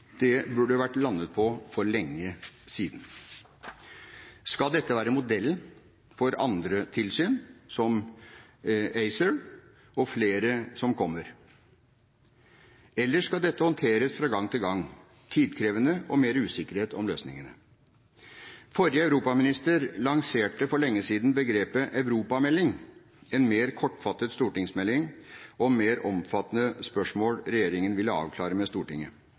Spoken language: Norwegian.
det burde vært landet på for lenge siden. Skal dette være modellen for andre tilsyn, som ACER, og flere som kommer? Eller skal dette håndteres fra gang til gang – tidkrevende og mer usikkerhet om løsningene? Forrige europaminister lanserte for lenge siden begrepet «europamelding», en mer kortfattet stortingsmelding om mer omfattende spørsmål regjeringen ville avklare med Stortinget.